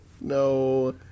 No